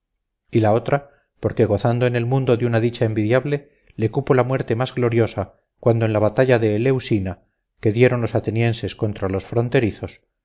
y la otra porque gozando en el mundo de una dicha envidiable le cupo la muerte más gloriosa cuando en la batalla de eleusina que dieron los atenienses contra los fronterizos